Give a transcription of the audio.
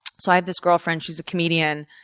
so i have this girlfriend, she's a comedian.